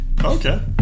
Okay